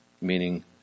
Meaning